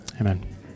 amen